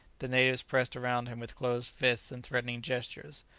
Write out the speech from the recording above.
the natives pressed around him with closed fists and threatening gestures.